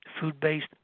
food-based